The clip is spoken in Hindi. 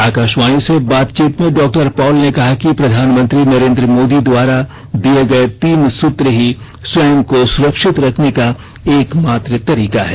आकाशवाणी से बातचीत में डॉ पॉल ने कहा कि प्रधानमंत्री नरेन्द्र मोदी द्वारा दिए गए तीन सूत्र ही स्वयं को सुरक्षित रखने का एक मात्र तरीका है